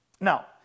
Now